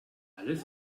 alles